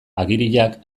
agiriak